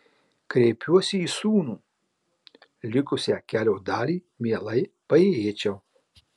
kreipiuosi į sūnų likusią kelio dalį mielai paėjėčiau